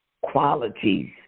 qualities